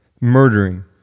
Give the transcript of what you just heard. Murdering